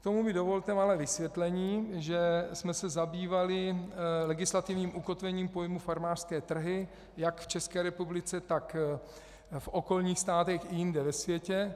K tomu mi dovolte malé vysvětlení, že jsme se zabývali legislativním ukotvením pojmu farmářské trhy jak v České republice, tak v okolních státech i jinde ve světě.